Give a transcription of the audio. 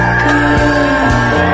good